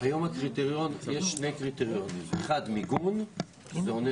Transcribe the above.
היום יש שני קריטריונים כאשר אחד הוא מיגון שעונה